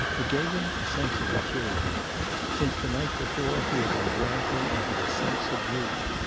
it gave him a sense of maturity since the night before he had been rankling under a sense of youth.